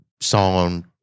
song